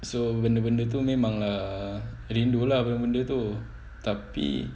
so benda-benda tu memang rindu lah benda-benda tu tapi